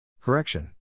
Correction